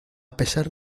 pesar